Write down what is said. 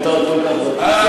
של פרלמנטר כל כך ותיק,